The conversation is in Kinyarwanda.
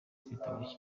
kwitaba